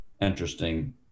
interesting